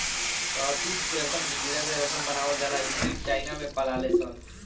शहतूत रेशम के कीड़ा से रेशम बनावल जाला इ कीट चाइना में पलाले सन